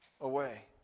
away